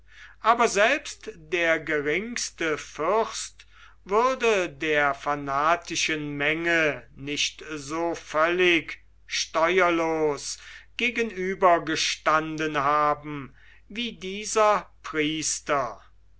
aber selbst der geringste fürst würde der fanatischen menge nicht so völlig steuerlos gegenübergestanden haben wie diese priester